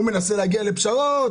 הוא מנסה להגיע לפשרות,